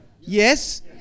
yes